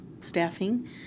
staffing